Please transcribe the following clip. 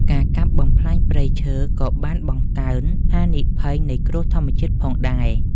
ការកាប់បំផ្លាញព្រៃឈើក៏បានបង្កើន ហានិភ័យនៃគ្រោះធម្មជាតិ ផងដែរ។